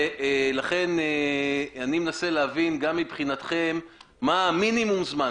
ולכן אני מנסה להבין מה המינימום זמן,